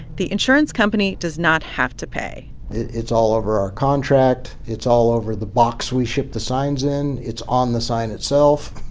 the insurance company does not have to pay it's all over our contract. it's all over the box we ship the signs in. it's on the sign itself.